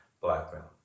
blackmail